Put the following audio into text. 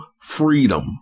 freedom